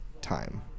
time